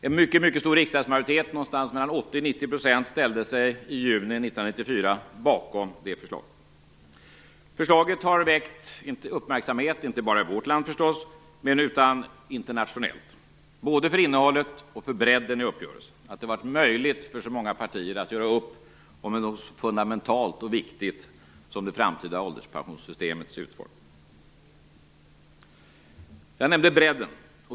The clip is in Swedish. En mycket stor riksdagsmajoritet, någonstans mellan 80 Förslaget har förstås väckt uppmärksamhet inte bara i vårt land utan även internationellt, både för innehållet och för bredden i uppgörelsen - att det har varit möjligt för så många partier att göra upp om något så fundamentalt och viktigt som det framtida ålderspensionssystemet utformning. Jag nämnde bredden.